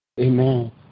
Amen